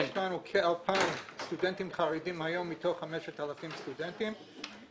יש לנו כ-2,000 סטודנטים חרדים מתוך 5,000 סטודנטים.